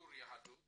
בירור יהדות